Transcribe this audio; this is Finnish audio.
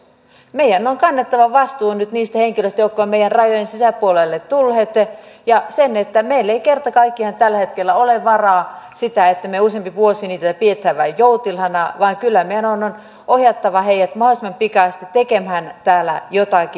meidän on kannettava vastuu nyt niistä henkilöistä jotka ovat meidän rajojen sisäpuolelle tulleet eikä meillä kerta kaikkiaan tällä hetkellä ole varaa siihen että me useamman vuoden heitä pidämme vain joutilaana vaan kyllä meidän on ohjattava heidät mahdollisimman pikaisesti tekemään täällä jotakin